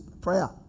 prayer